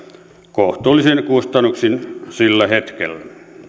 kohtuullisin kustannuksin sillä hetkellä